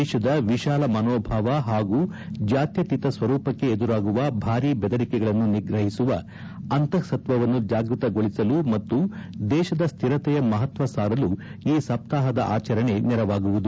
ದೇಶದ ವಿಶಾಲ ಮನೋಭಾವ ಹಾಗೂ ಜಾತ್ಯತೀತ ಸ್ವರೂಪಕ್ಕೆ ಎದುರಾಗುವ ಭಾರೀ ಬೆದರಿಕೆಗಳನ್ನು ನಿಗ್ರಹಿಸುವ ಅಂತಃಸತ್ವವನ್ನು ಜಾಗೃತಗೊಳಿಸಲು ಮತ್ತು ದೇಶದ ಸ್ಥಿರತೆಯ ಮಹತ್ವ ಸಾರಲು ಈ ಸಪ್ತಾಹದ ಆಚರಣೆ ನೆರವಾಗುವುದು